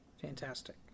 Fantastic